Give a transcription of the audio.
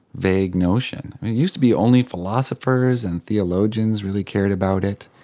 vague notion. it used to be only philosophers and theologians really cared about it.